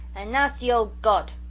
and nasty old god,